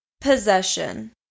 Possession